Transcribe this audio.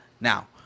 now